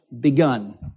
begun